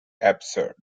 absurd